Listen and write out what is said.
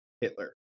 Hitler